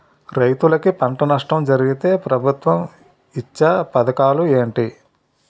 రైతులుకి పంట నష్టం జరిగితే ప్రభుత్వం ఇచ్చా పథకాలు ఏంటి?